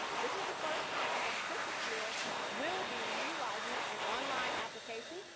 this is the first time that the census bureau will be utilizeing and on line application,